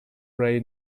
ray